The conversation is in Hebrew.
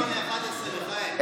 היה סקר ב-1 בנובמבר, מיכאל.